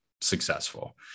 successful